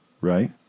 right